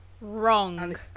Wrong